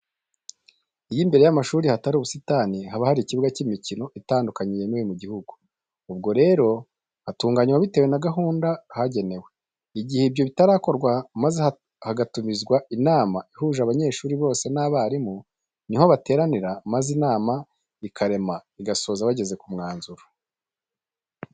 Iyo imbere y'amashuri hatari ubusitani haba hari ikibuga cy'imikino itadukanye yemewe mu gihugu; ubwo rero hatunganwa bitewe na gahunda hagenewe; igihe ibyo bitarakorwa maze hagatumizwa inama ihuje abanyeshuri bose n'abarimu, ni ho bateranira maze inama ikarema igasoza bageze ku mwanzuro.